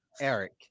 Eric